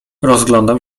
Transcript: rozglądam